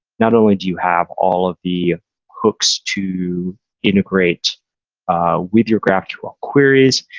not only do you have all of the hooks to integrate with your graphql queries,